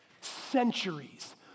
Centuries